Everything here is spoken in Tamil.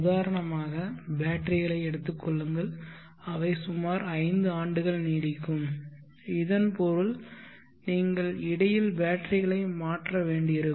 உதாரணமாக பேட்டரிகளை எடுத்துக் கொள்ளுங்கள் அவை சுமார் 5 ஆண்டுகள் நீடிக்கும் இதன் பொருள் நீங்கள் இடையில் பேட்டரிகளை மாற்ற வேண்டியிருக்கும்